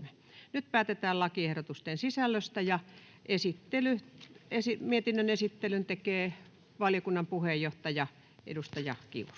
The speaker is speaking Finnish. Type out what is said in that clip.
9/2023 vp. Nyt päätetään lakiehdotusten sisällöstä. — Mietinnön esittelyn tekee valiokunnan puheenjohtaja, edustaja Kiuru.